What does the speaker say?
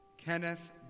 Kenneth